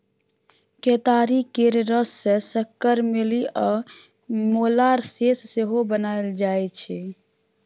केतारी केर रस सँ सक्कर, मेली आ मोलासेस सेहो बनाएल जाइ छै